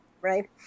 right